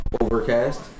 Overcast